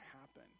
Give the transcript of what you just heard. happen